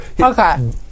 Okay